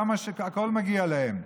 הכול מגיע להם,